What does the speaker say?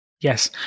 Yes